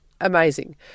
Amazing